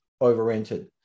over-rented